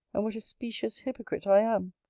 and what a specious hypocrite i am?